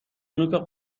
نوک